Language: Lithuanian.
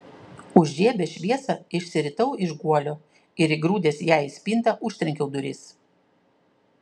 užžiebęs šviesą išsiritau iš guolio ir įgrūdęs ją į spintą užtrenkiau duris